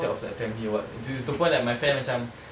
instead of like family of what which is the point like my friend macam